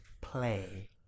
play